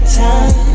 time